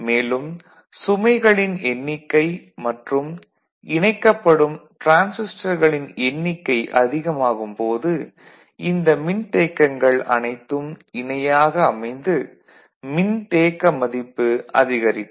மேலும் சுமைகளின் எண்ணிக்கை மற்றும் இணைக்கப்படும் டிரான்சிஸ்டர்களின் எண்ணிக்கை அதிகமாகும் போது இந்த மின்தேக்கங்கள் அனைத்தும் இணையாக அமைந்து மின்தேக்க மதிப்பு அதிகரிக்கும்